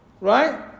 right